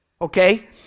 okay